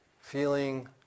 feeling